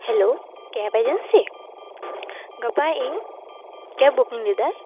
hello cab agency ᱜᱟᱯᱟ ᱤᱧ cab booking ᱞᱮᱫᱟ